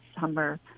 summer